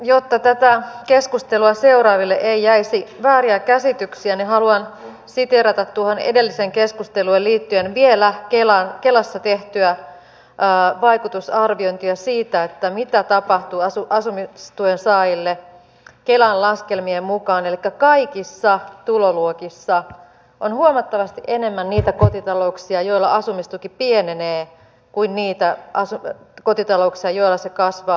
jotta tätä keskustelua seuraaville ei jäisi vääriä käsityksiä niin haluan siteerata tuohon edelliseen keskusteluun liittyen vielä kelassa tehtyä vaikutusarviointia siitä mitä tapahtuu asumistuen saajille kelan laskelmien mukaan elikkä kaikissa tuloluokissa on huomattavasti enemmän niitä kotitalouksia joilla asumistuki pienenee kuin niitä kotitalouksia joilla se kasvaa